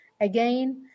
Again